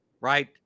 right